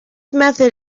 method